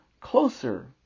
closer